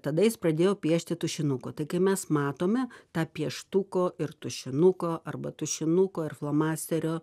tada jis pradėjo piešti tušinuku tai kai mes matome tą pieštuko ir tušinuko arba tušinuko ir flomasterio